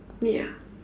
ya